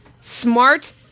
smart